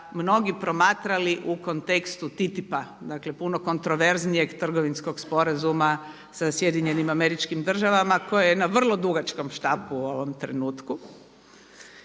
mnogi promatrali u kontekstu TTIP-a, dakle puno kontroverznijeg trgovinskog sporazuma sa SAD-om koji je na vrlo dugačkom štapu u ovom trenutku.